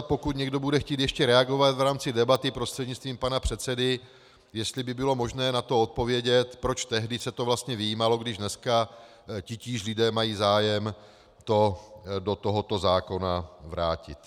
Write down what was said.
Pokud někdo bude chtít ještě reagovat v rámci debaty prostřednictvím pana předsedy, jestli by bylo možné na to odpovědět, proč tehdy se to vlastně vyjímalo, když dneska titíž lidé mají zájem to do tohoto zákona vrátit.